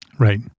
Right